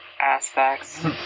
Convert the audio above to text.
aspects